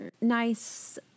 nice